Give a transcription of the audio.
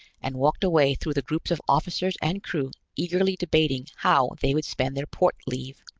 and walked away through the groups of officers and crew eagerly debating how they would spend their port leave.